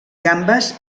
gambes